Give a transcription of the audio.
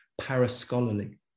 parascholarly